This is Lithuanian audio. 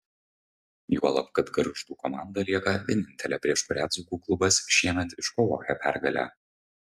juolab kad gargždų komanda lieka vienintelė prieš kurią dzūkų klubas šiemet iškovojo pergalę